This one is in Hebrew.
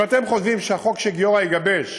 אם אתם חושבים שהחוק שגיורא יגבש